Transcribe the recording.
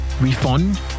Refund